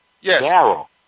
Yes